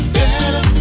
better